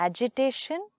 Agitation